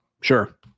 Sure